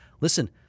Listen